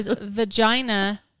vagina